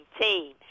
team